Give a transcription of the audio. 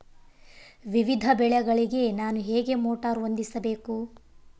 ವಿವಿಧ ಬೆಳೆಗಳಿಗೆ ನಾನು ಹೇಗೆ ಮೋಟಾರ್ ಹೊಂದಿಸಬೇಕು?